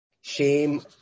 Shame